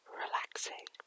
relaxing